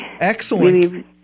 Excellent